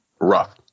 rough